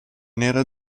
nera